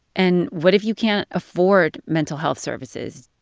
and what if you can't afford mental health services?